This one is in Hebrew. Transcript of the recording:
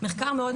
מחקר מאוד,